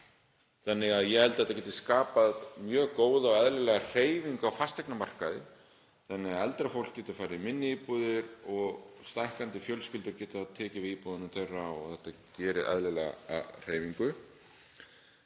sig. Ég held að þetta geti skapað mjög góða og eðlilega hreyfingu á fasteignamarkaði þannig að eldra fólk geti farið í minni íbúðir og stækkandi fjölskyldur geti tekið við íbúðunum þeirra, þetta gefur eðlilega hreyfingu.